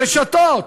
הרשתות,